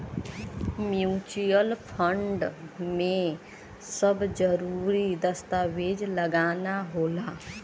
mutual fund में सब जरूरी दस्तावेज लगाना होला